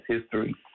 history